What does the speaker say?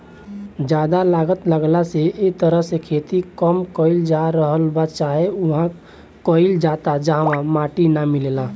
ज्यादा लागत लागला से ए तरह से खेती कम कईल जा रहल बा चाहे उहा कईल जाता जहवा माटी ना मिलेला